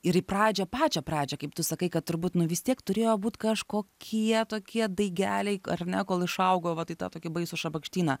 ir į pradžią pačią pradžią kaip tu sakai kad turbūt nu vis tiek turėjo būt kažkokie tokie daigeliai ar ne kol išaugo vat į tą tokį baisų šabakštyną